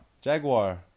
Jaguar